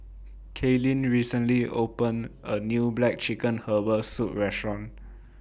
Kaelyn recently opened A New Black Chicken Herbal Soup Restaurant